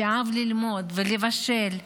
שאהב ללמוד ולבשל.